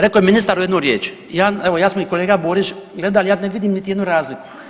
Rekao je ministar u jednu riječ, evo ja smo i kolega Borić gledali ja ne vidim niti jednu razliku.